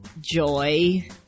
joy